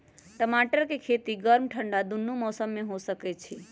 टमाटर के खेती गर्म ठंडा दूनो मौसम में हो सकै छइ